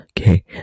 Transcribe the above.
Okay